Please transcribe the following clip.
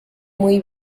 muy